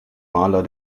maler